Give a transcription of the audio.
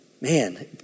Man